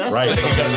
right